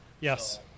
Yes